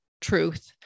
truth